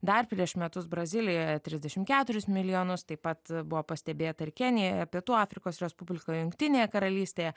dar prieš metus brazilijoje trisdešimt keturis milijonus taip pat buvo pastebėta ir kenijoje pietų afrikos respublikoje jungtinėje karalystėje